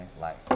life